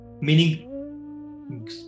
Meaning